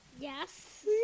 Yes